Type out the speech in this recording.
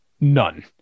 None